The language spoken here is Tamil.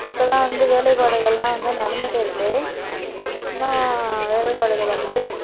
இப்போ தான் வந்து வேலைப் பாடுகள்லாம் வந்து நடந்துட்டுயிருக்கு இன்னும் வேலைப் பாடுகள் வந்து